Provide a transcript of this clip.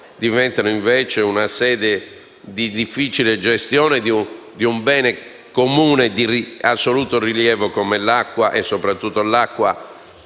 diventano, invece, una sede di difficile gestione di un bene comune di assoluto rilievo come l’acqua e, soprattutto, l’acqua